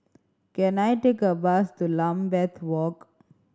can I take a bus to Lambeth Walk